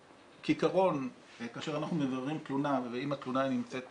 כעיקרון כאשר אנחנו מבררים תלונה ואם התלונה נמצאת